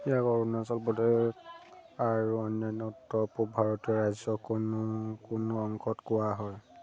ইয়াক অৰুণাচল প্ৰদেশ আৰু অন্যান্য উত্তৰ পূব ভাৰতীয় ৰাজ্যৰ কোনো কোনো অংশত কোৱা হয়